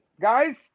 Guys